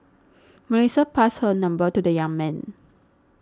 Melissa passed her number to the young man